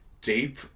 deep